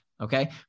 Okay